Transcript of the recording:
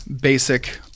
basic